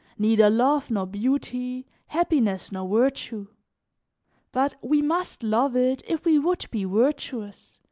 neither love nor beauty, happiness nor virtue but we must love it if we would be virtuous,